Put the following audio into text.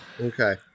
Okay